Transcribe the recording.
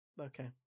Okay